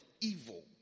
evil